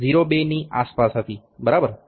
02ની આસાપાસ હતી બરાબર